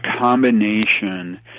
combination